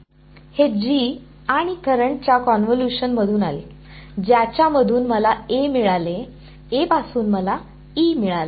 ही आणि करंट च्या कॉन्वोलुशन मधून आली ज्याच्या मधून मला मिळाले पासून मला मिळाले